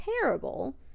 terrible